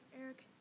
Eric